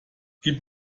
gib